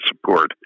support